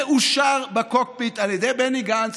זה אושר בקוקפיט על ידי בני גנץ,